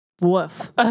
Woof